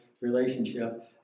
relationship